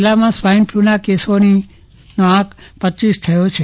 જિલ્લામાં સ્વાઈન ફલુના કેસોનો આંક રપ થયો છે